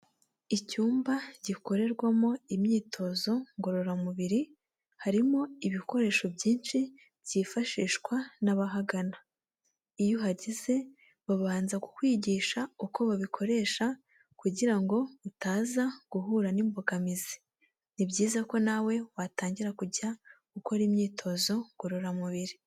Icyumba gikorerwamo imyitozo ngororamubiri, harimo ibikoresho byinshi byifashishwa n'abahagana. Iyo uhageze, babanza kukwigisha uko babikoresha kugira ngo utaza guhura n'imbogamizi. Ni byiza ko nawe, watangira kujya ukora imyitozo ngororamubiri.